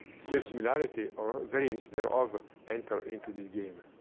self-similarity or variance thereof enter into the game.